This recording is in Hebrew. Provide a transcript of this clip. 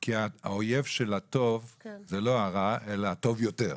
כי האויב של הטוב זה לא הרע, אלא הטוב יותר.